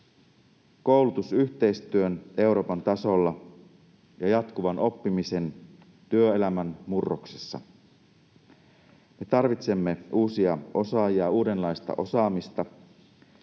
koulutusyhteistyön Euroopan tasolla ja jatkuvan oppimisen työelämän murroksessa. Me tarvitsemme uusia osaajia, uudenlaista osaamista